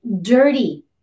dirty